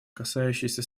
касающиеся